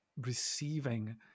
receiving